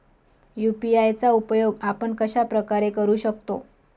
UPI चा उपयोग आपण कशाप्रकारे करु शकतो?